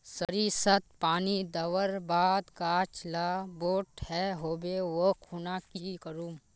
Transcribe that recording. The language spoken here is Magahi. सरिसत पानी दवर बात गाज ला बोट है होबे ओ खुना की करूम?